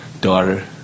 daughter